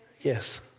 Yes